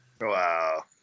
Wow